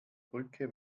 brücke